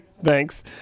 Thanks